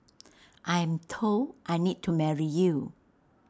I'm told I need to marry you